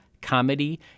comedy